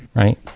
right?